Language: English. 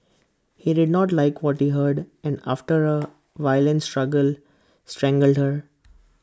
he did not like what he heard and after A violent struggle strangled her